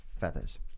Feathers